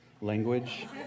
language